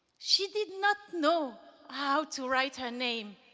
she did not know how to write her name,